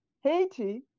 Haiti